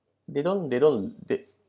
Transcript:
they don't they don't